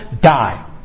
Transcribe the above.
die